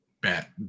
bet